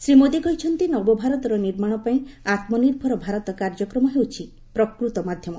ଶ୍ରୀ ମୋଦୀ କହିଛନ୍ତି ନବଭାରତର ନିର୍ମାଣ ପାଇଁ ଆତ୍ମନିର୍ଭର ଭାରତ କାର୍ଯ୍ୟକ୍ରମ ହେଉଛି ପ୍ରକୃତ ମାଧ୍ୟମ